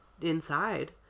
inside